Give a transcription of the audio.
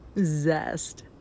Zest